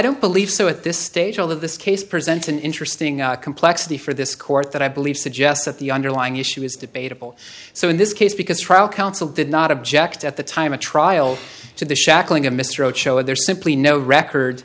don't believe so at this stage all of this case presents an interesting complexity for this court that i believe suggests that the underlying issue is debatable so in this case because trial counsel did not object at the time of trial to the shackling of mr roach show and there's simply no record